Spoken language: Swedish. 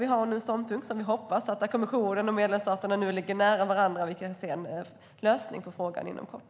Vi har nu en ståndpunkt där kommissionen och medlemsstaterna ligger nära varandra, och vi hoppas att få se en lösning på frågan inom kort.